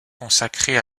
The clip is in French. consacré